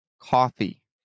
coffee